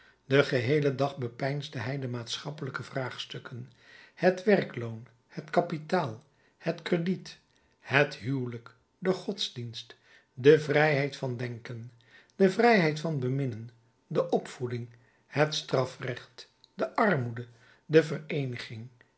den geheelen dag bepeinsde hij de maatschappelijke vraagstukken het werkloon het kapitaal het crediet het huwelijk den godsdienst de vrijheid van denken de vrijheid van beminnen de opvoeding het strafrecht de armoede de vereeniging